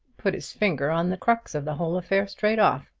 put his finger on the crux of the whole affair straight off!